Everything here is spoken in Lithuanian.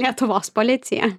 lietuvos policija